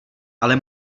ale